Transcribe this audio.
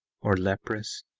or leprous,